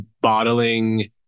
bottling